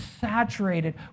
saturated